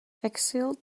exiled